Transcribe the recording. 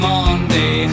Monday